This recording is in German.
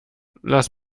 lass